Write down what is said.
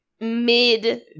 Mid